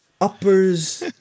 Uppers